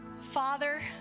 Father